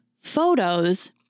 photos